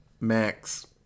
Max